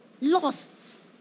lost